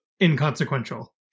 inconsequential